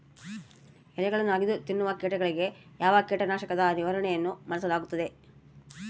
ಎಲೆಗಳನ್ನು ಅಗಿದು ತಿನ್ನುವ ಕೇಟಗಳಿಗೆ ಯಾವ ಕೇಟನಾಶಕದ ನಿರ್ವಹಣೆಯನ್ನು ಬಳಸಲಾಗುತ್ತದೆ?